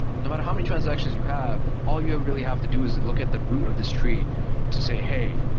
no matter how many transactions you have, all you really have to do is look at the root of this tree to say, hey,